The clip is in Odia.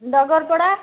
ଡଗରପଡ଼ା